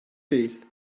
değil